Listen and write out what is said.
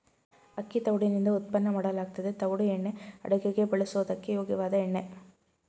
ಅಕ್ಕಿ ತವುಡುನಿಂದ ಉತ್ಪನ್ನ ಮಾಡಲಾಗ್ತದೆ ತವುಡು ಎಣ್ಣೆ ಅಡುಗೆಗೆ ಬಳಸೋದಕ್ಕೆ ಯೋಗ್ಯವಾದ ಎಣ್ಣೆ